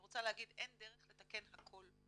אני רוצה להגיד שאין דרך לתקן הכל.